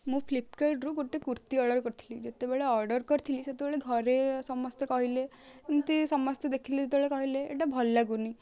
ମୁଁ ଫ୍ଲିପକାର୍ଟରୁ ଗୋଟେ କୁର୍ତୀ ଅର୍ଡ଼ର୍ କରିଥିଲି ଯେତେବେଳେ ଅର୍ଡ଼ର୍ କରିଥିଲି ସେତେବେଳେ ଘରେ ସମସ୍ତେ କହିଲେ ଏମିତି ସମସ୍ତେ ଦେଖିଲେ ଯେତେବେଳେ କହିଲେ ଏଇଟା ଭଲ ଲାଗୁନି